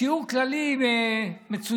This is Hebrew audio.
שיעור כללי מצוין.